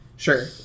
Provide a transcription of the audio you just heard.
Sure